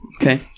Okay